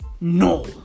no